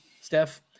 steph